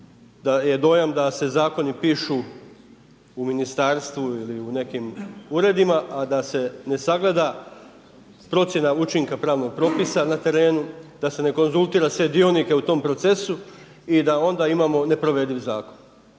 je dojam da se zakoni pišu u ministarstvu ili u nekim uredima a da se ne sagleda procjena učinka pravnog propisa na terenu, da se ne konzultira sve dionike u tom procesu i da onda imamo neprovediv zakon.